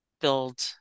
build